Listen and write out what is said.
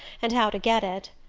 and how to get it.